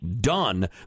done